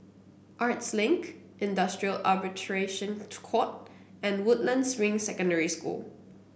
Arts Link Industrial Arbitration Court and Woodlands Ring Secondary School